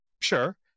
sure